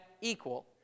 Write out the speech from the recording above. equal